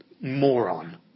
moron